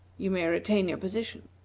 you may retain your position.